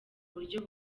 buryo